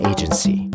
Agency